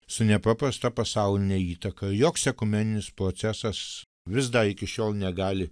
su nepaprasta pasauline įtaka joks ekumeninis procesas vis dar iki šiol negali